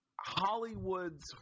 Hollywood's